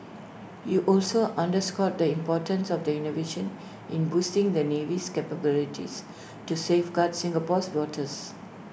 he also underscored the importance of the innovation in boosting the navy's capabilities to safeguard Singapore's waters